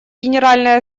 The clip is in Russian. генеральной